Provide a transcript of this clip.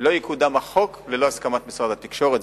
לא יקודם החוק ללא הסכמת משרד התקשורת,